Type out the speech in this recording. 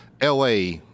la